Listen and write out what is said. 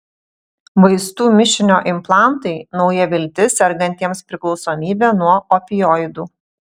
vaistų mišinio implantai nauja viltis sergantiems priklausomybe nuo opioidų